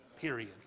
period